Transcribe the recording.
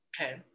Okay